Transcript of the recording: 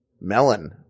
melon